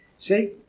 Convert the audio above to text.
See